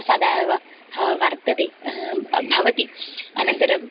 सदा एव वर्तते भवति अनन्तरं